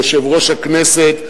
יושב-ראש הכנסת,